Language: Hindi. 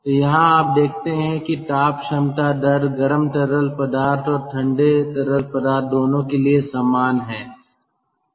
तो यहाँ आप देखते हैं कि ताप क्षमता दर गर्म तरल पदार्थ और ठंडे तरल पदार्थ दोनों के लिए समान हैं